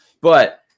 But-